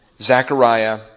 Zechariah